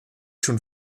schon